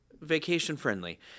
vacation-friendly